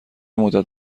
مدت